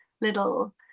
little